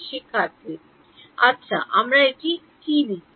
আচ্ছা আমরা এটি টি রাখব